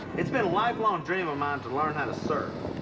it's been a lifelong dream of mine to learn how to surf,